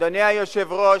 אדוני היושב-ראש,